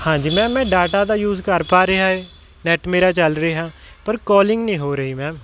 ਹਾਂਜੀ ਮੈਮ ਮੈਂ ਡਾਟਾ ਤਾਂ ਯੂਜ ਕਰ ਪਾ ਰਿਹਾ ਹੈ ਨੈੱਟ ਮੇਰਾ ਚੱਲ ਰਿਹਾ ਪਰ ਕੋਲਿੰਗ ਨਹੀਂ ਹੋ ਰਹੀ ਮੈਮ